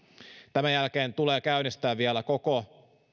tämän jälkeen tulee käynnistää vielä koko